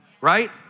right